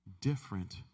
different